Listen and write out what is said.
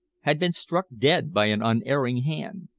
had been struck dead by an unerring hand?